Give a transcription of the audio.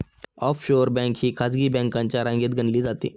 offshore bank ही खासगी बँकांच्या रांगेत गणली जाते